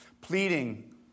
pleading